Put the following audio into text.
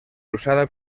usada